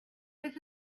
this